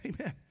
Amen